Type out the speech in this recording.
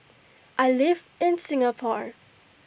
I live in Singapore